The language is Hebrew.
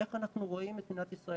איך אנחנו רואים את מדינת ישראל,